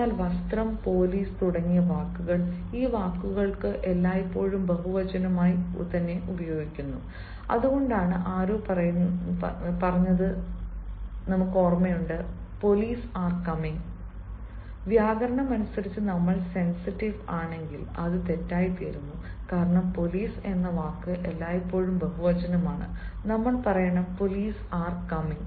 എന്നാൽ വസ്ത്രം പോലീസ് തുടങ്ങിയ വാക്കുകൾ ഈ വാക്കുകൾ എല്ലായ്പ്പോഴും ബഹുവചനമായി ഉപയോഗിക്കും അതുകൊണ്ടാണ് ആരോ പറയുന്നത് കേൾക്കുമ്പോൾ " പോലീസ് ആർ കമിങ്" വ്യാകരണം അനുസരിച്ച് നമ്മൾ സെൻസിറ്റീവ് ആണെങ്കിൽ അത് തെറ്റായിത്തീരുന്നു കാരണം പോലീസ് എന്ന വാക്ക് എല്ലായ്പ്പോഴും ബഹുവചനമാണ് നമ്മൾ പറയണം " പോലീസ് ആർ കമിങ്